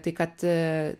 tai kad